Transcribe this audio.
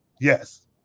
Yes